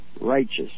righteous